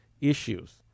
issues